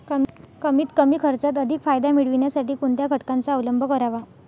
कमीत कमी खर्चात अधिक फायदा मिळविण्यासाठी कोणत्या घटकांचा अवलंब करावा?